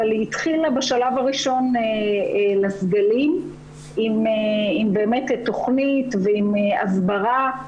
אבל היא התחילה בשלב הראשון לסגלים עם באמת תכנית ועם הסברה,